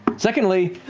secondly,